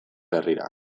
herrira